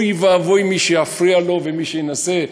אוי ואבוי מי שיפריע לו ומי שינסה.